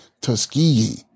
Tuskegee